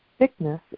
Sickness